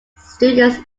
students